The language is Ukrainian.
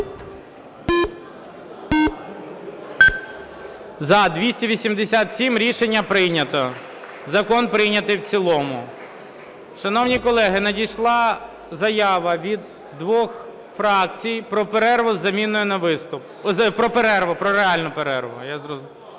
За-287 Рішення прийнято. Закон прийнятий в цілому. Шановні колеги, надійшла заява від двох фракцій про перерву з заміною на виступ… Про перерву,